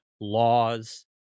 laws